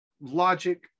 logic